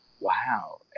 wow